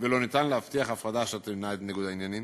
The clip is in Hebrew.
ולא ניתן להבטיח הפרדה אשר תמנע את ניגוד העניינים,